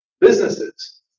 businesses